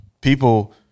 people